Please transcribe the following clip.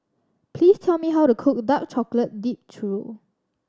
please tell me how to cook dark chocolate dip churro